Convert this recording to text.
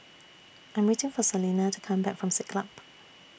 I'm waiting For Salena to Come Back from Siglap